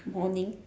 morning